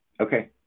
Okay